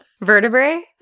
vertebrae